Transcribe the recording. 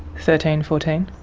thirteen, fourteen?